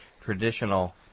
traditional